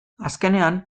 azkenean